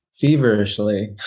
feverishly